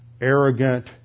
arrogant